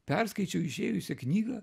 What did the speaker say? perskaičiau išėjusią knygą